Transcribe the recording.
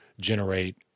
generate